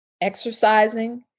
exercising